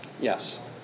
Yes